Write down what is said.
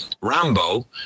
Rambo